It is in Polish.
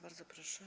Bardzo proszę.